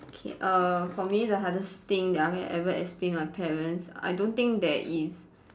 okay err for me the hardest thing that I have ever explain to my parents I don't thing there is